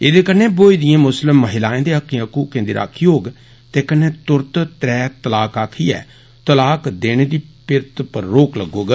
एदे कन्नै बहोई दिएं मुस्लम महिलाएं दे हक्कें दी राक्खी होग ते तुरत त्रै तलाक आखियै तलाक देने दी फितर पर रोक लग्गोग